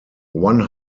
one